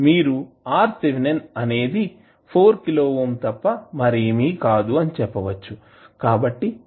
కాబట్టి మీరు R Thఅనేది 4 కిలో ఓం తప్ప మరేమీ కాదు అని చెప్పవచ్చు